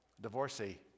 divorcee